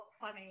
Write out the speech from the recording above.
funny